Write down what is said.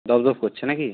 দপদপ করছে না কি